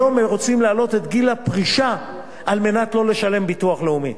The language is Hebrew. היום רוצים להעלות את גיל הפרישה כדי שלא לשלם ביטוח לאומי.